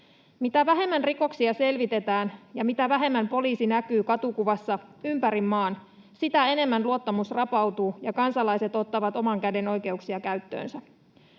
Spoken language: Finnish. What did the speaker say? Mitä vähemmän rikoksia selvitetään ja mitä vähemmän poliisi näkyy katukuvassa ympäri maan, sitä enemmän luottamus rapautuu ja kansalaiset ottavat omankädenoi-keuksia käyttöönsä.